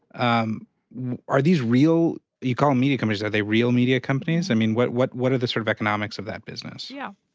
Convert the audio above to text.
um are these real? you call em media companies. are they real media companies? i mean, what what are the sort of economics of that business? yeah.